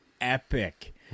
epic